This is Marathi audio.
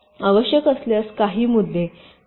आवश्यक असल्यास काही मुद्दे